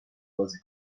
بازی